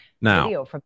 Now